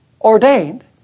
ordained